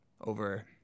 over